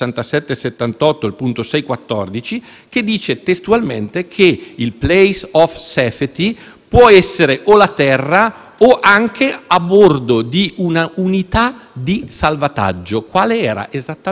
può essere o la terra o anche a bordo di una unità di salvataggio, quale era esattamente la nave Diciotti. Leggo: *may be aboard a rescue unit*. I migranti